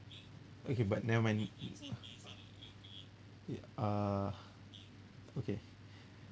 okay but never mind uh okay